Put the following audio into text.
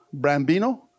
Brambino